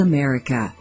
America